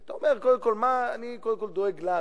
כי אתה אומר: אני קודם כול דואג לנו.